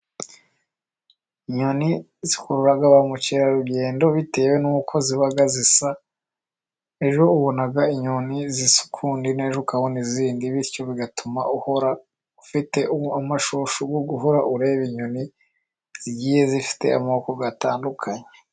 Inyoni zikurura ba mukerarugendo bitewe n'uko ziba zisa, ejo ubona inyoni zisa ukundi n'ejo ukabona izindi, bityo bigatuma uhora ufite amashyushyu yo guhora ureba inyoni zigiye zifite amoko atandukanye.